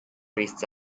raced